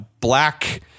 black